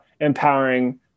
empowering